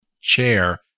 chair